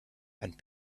and